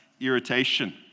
irritation